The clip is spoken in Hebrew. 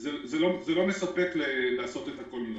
זה לא מספק לעשות את הכול מרחוק.